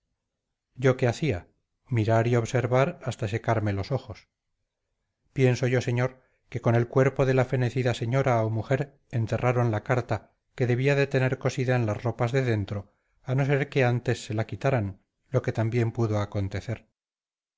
yo qué hacía mirar y observar hasta secarme los ojos pienso yo señor que con el cuerpo de la fenecida señora o mujer enterraron la carta que debía de tener cosida en las ropas de dentro a no ser que antes se la quitaran lo que también pudo acontecer